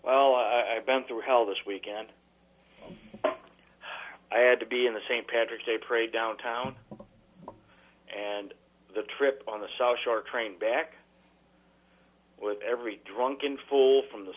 well i've been through hell this weekend i had to be in the st patrick's day parade downtown and the trip on the south shore train back when every drunken fool from the